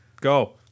Go